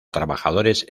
trabajadores